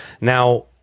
now